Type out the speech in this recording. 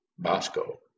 Bosco